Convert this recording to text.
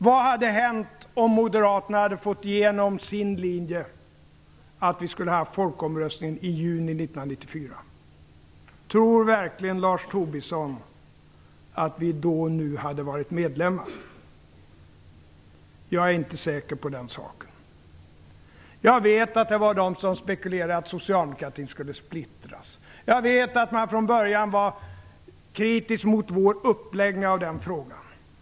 Vad hade hänt om Moderaterna hade fått igenom sin linje att vi skulle ha folkomröstning i juni 1994? Tror Lars Tobisson verkligen att vi i så fall hade varit medlemmar nu? Jag är inte säker på den saken. Jag vet att det var de som spekulerade i att socialdemokratin skulle splittras. Jag vet att man från början var kritisk mot vår uppläggning av den frågan.